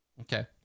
Okay